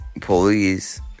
police